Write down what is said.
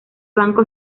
banco